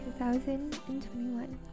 2021